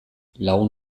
lagun